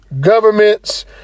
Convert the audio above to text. governments